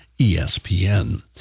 ESPN